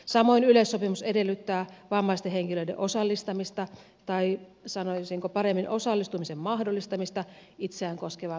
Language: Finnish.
samoin yleissopimus edellyttää vammaisten henkilöiden osallistamista tai sanoisinko paremmin osallistumisen mahdollistamista itseään koskevaan päätöksentekoon